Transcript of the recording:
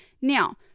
Now